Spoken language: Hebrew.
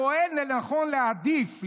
"שרואה לנכון להעדיף",